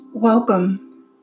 Welcome